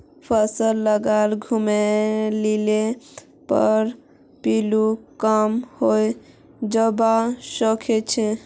फसल लाक घूमाय लिले पर पिल्लू कम हैं जबा सखछेक